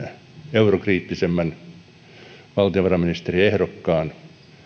eurokriittisimmän valtiovarainministeriehdokkaan